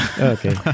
Okay